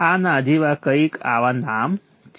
આના જેવા કંઈક આવા નામ છે